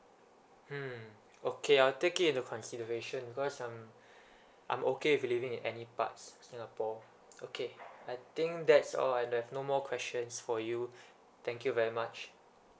hmm okay I'll take it into consideration cause some I'm okay if living in any parts of singapore okay I think that's all I have no more questions for you thank you very much